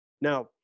Now